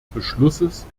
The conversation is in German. beschlusses